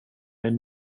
mig